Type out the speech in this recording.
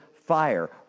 fire